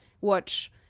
watch